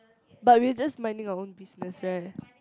but we're just minding our own business right